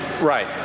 Right